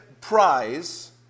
prize